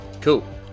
Cool